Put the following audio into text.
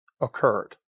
occurred